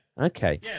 Okay